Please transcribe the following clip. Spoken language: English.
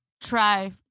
try